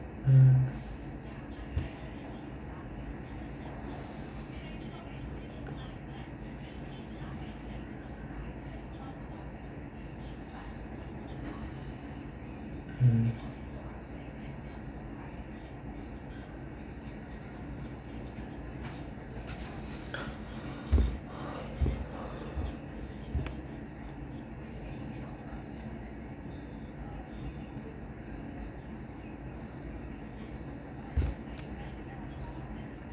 mm mm